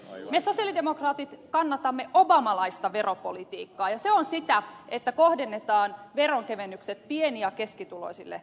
me sosialidemokraatit kannatamme obamalaista veropolitiikkaa ja se on sitä että kohdennetaan veronkevennykset pieni ja keskituloisille ihmisille